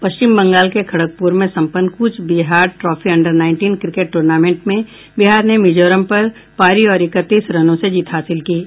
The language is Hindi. पश्चिम बंगाल के खड़गपुर में सम्पन्न Cooch Behar trophy under nineteen cricket tournament में बिहार ने मिजोरम पर पारी और इकतीस रनों से जीत हासिल की है